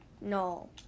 No